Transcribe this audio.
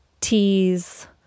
teas